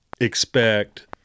expect